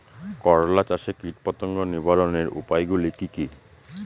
করলা চাষে কীটপতঙ্গ নিবারণের উপায়গুলি কি কী?